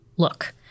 Look